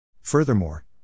Furthermore